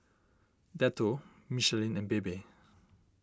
Dettol Michelin and Bebe